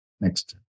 Next